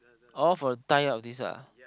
all for tie all this ah